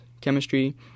Chemistry